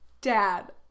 Dad